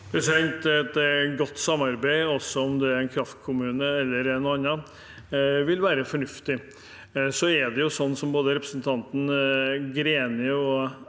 Et godt samar- beid – om det er en kraftkommune eller noe annet – vil være fornuftig. Så er det sånn, som både representanten Greni og